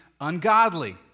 ungodly